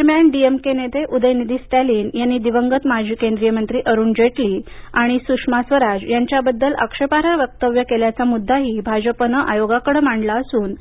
दरम्यान डीएमके नेते उदयनिधी स्टॅलिन यांनी दिवंगत माजी केंद्रीय मंत्री अरुणजेटली आणि सुषमा स्वराज यांच्याबद्दल आक्षेपाई वक्तव्य केल्याचा मुद्दाही भाजपनं आयोगाकडं मांडला असून